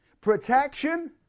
protection